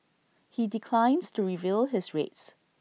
he declines to reveal his rates